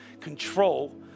control